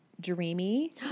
dreamy